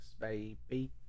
baby